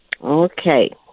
Okay